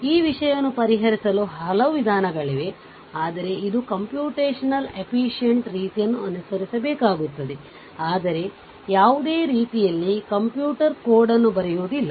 ಈ ವಿಷಯವನ್ನು ಪರಿಹರಿಸಲು ಹಲವು ವಿಧಾನಗಳಿವೆ ಆದರೆ ಇದು ಗಣನೀಯವಾಗಿ ಪರಿಣಾಮಕಾರಿರೀತಿಯನ್ನು ಅನುಸರಿಸಬೇಕಾಗುತ್ತದೆ ಆದರೆ ಯಾವುದೇ ರೀತಿಯಲ್ಲಿ ಕಂಪ್ಯೂಟರ್ ಕೋಡ್ ನ್ನೂ ಬರೆಯುವುದಿಲ್ಲ